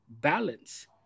balance